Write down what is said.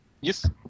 Yes